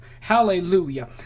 Hallelujah